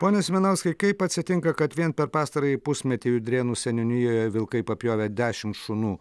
pone simanauskai kaip atsitinka kad vien per pastarąjį pusmetį judrėnų seniūnijoje vilkai papjovė dešimt šunų